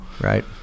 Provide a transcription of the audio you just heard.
Right